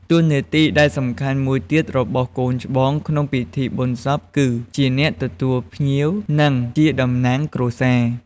តួនាទីដែលសំខាន់មួយទៀតរបស់កូនប្រុសច្បងក្នុងពិធីបុណ្យសពគឺ ជាអ្នកទទួលភ្ញៀវ និងអ្នកតំណាងគ្រួសារ។